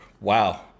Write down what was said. Wow